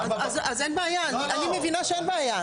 אני מבינה שאין בעיה.